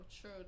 true